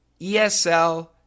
ESL